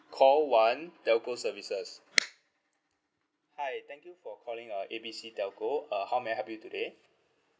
call one telco services hi thank you for calling uh A B C telco uh how may I help you today